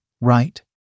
right